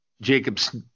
Jacobs